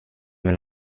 vill